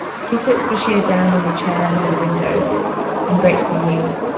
he sits bashir down on a chair near the window and breaks the news